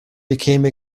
became